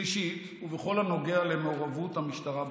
שלישית, ובכל הנוגע למעורבות המשטרה בחקירה: